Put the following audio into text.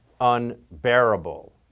unbearable